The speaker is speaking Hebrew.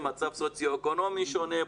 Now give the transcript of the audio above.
במצב סוציו אקונומי שונה,